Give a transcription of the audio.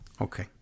Okay